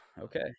Okay